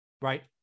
right